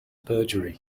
perjury